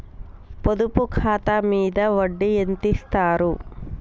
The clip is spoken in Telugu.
పొదుపు ఖాతా మీద వడ్డీ ఎంతిస్తరు?